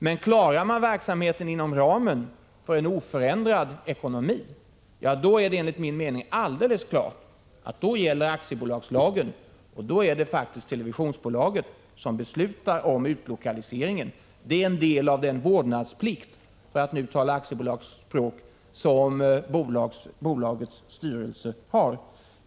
Men klarar man verksamheten inom ramen för oförändrade anslag, så är det enligt min mening klart att aktiebolagslagen gäller, och då är det faktiskt televisionsbolaget som beslutar om utlokaliseringen. Det är en del av den vårdnadsplikt — för att nu tala aktiebolagsspråk — som bolagets styrelse har.